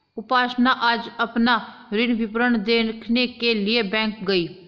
उपासना आज अपना ऋण विवरण देखने के लिए बैंक गई